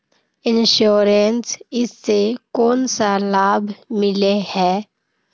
Insurance इस से कोन सा लाभ मिले है?